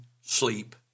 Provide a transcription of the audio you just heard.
sleep